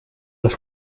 las